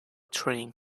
train